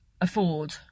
afford